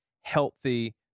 healthy